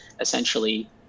essentially